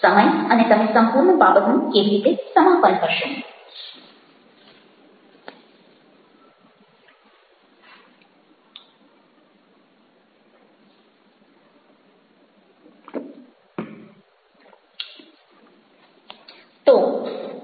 સમય અને તમે સંપૂર્ણ બાબતનું કેવી રીતે સમાપન કરશો